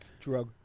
Drug